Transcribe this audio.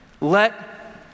let